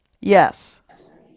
Yes